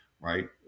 right